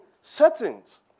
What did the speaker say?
settings